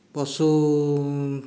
ପଶୁ